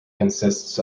consists